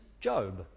Job